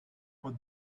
but